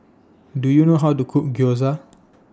Do YOU know How to Cook Gyoza